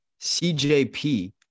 CJP